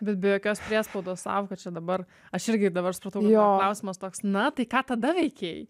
bet be jokios priespaudos sąvoka čia dabar aš irgi dabar supratau kad va klausimas toks na tai ką tada veikei